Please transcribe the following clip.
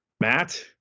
matt